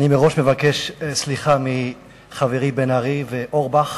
מראש אני מבקש סליחה מחברי בן-ארי ואורבך,